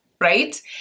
right